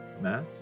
Matt